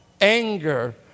anger